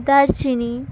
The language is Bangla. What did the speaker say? দারচিনি